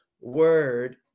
word